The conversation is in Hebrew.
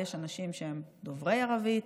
יש אנשים שהם דוברי ערבית,